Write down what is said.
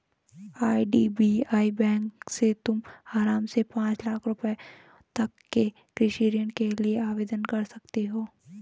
IDBI bank से तुम आराम से पाँच लाख रुपयों तक के कृषि ऋण के लिए आवेदन कर सकती हो